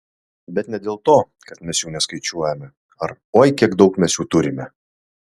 bet ne dėl to kad mes jų neskaičiuojame ar oi kiek daug mes jų turime